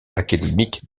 académique